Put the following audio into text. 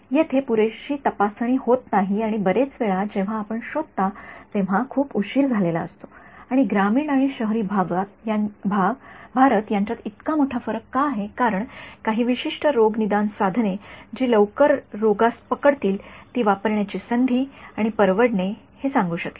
येथे पुरेशी तपासणी होत नाही आणि बरेच वेळा जेव्हा आपण शोधता तेव्हा खूप उशीर झालेला असतो आणि ग्रामीण आणि शहरी भारत यांच्यात इतका मोठा फरक का आहे कारण काही विशिष्ट रोगनिदान साधने जी लवकर रोगास पकडतील ती वापरण्याची संधी आणि परवडणे हे सांगू शकेल